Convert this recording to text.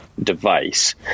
device